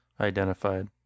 identified